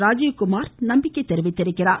ராஜீவ்குமார் நம்பிக்கை தெரிவித்திருக்கிறார்